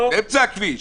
באמצע הכביש.